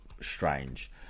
strange